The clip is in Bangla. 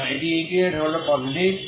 কারণ এটি ইন্টিগ্রেট হল পজিটিভ